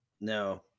No